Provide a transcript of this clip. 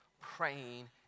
praying